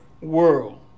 world